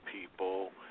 people